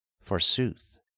forsooth